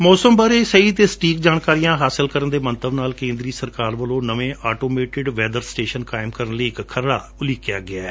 ਮੌਸਮ ਬਾਰੇ ਸਹੀ ਅਤੇ ਸਟੀਕ ਜਾਣਕਾਰੀਆਂ ਹਾਸਲ ਕਰਣ ਦੇ ਮੰਤਵ ਨਾਲ ਕੇਂਦਰੀ ਸਰਕਾਰ ਵੱਲੋ ਨਵੇਂ ਆਟੋਮੇਟਡ ਵੈਦਰ ਸਟੇਸ਼ਨ ਕਾਇਮ ਕਰਣ ਲਈ ਇਕ ਖਰੜਾ ਉਲੀਕਿਆ ਜਾ ਰਿਹੈ